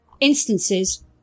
instances